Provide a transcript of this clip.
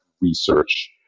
research